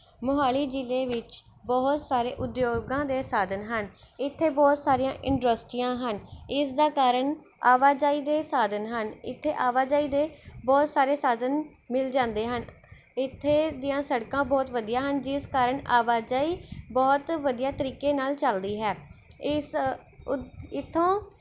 ਮੋਹਾਲੀ ਜ਼ਿਲ੍ਹੇ ਵਿੱਚ ਬਹੁਤ ਸਾਰੇ ਉਦਯੋਗਾਂ ਦੇ ਸਾਧਨ ਹਨ ਇੱਥੇ ਬਹੁਤ ਸਾਰੀਆਂ ਇੰਡਸਟਰੀਆਂ ਹਨ ਇਸ ਦਾ ਕਾਰਨ ਆਵਾਜਾਈ ਦੇ ਸਾਧਨ ਹਨ ਇੱਥੇ ਆਵਾਜਾਈ ਦੇ ਬਹੁਤ ਸਾਰੇ ਸਾਧਨ ਮਿਲ ਜਾਂਦੇ ਹਨ ਇੱਥੇ ਦੀਆਂ ਸੜਕਾਂ ਬਹੁਤ ਵਧੀਆ ਹਨ ਜਿਸ ਕਾਰਨ ਆਵਾਜਾਈ ਬਹੁਤ ਵਧੀਆ ਤਰੀਕੇ ਨਾਲ ਚੱਲਦੀ ਹੈ ਇਸ ਉ ਇੱਥੋਂ